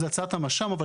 זו הצעה שלכם?